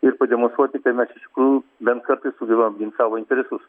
ir pademonstruoti kaip mes iš tikrųjų bent kartais sugebam apgint savo interesus